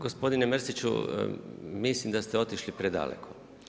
Gospodine Mrsiću, mislim da ste otišli predaleko.